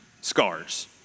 scars